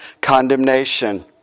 condemnation